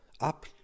up